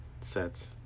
sets